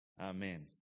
amen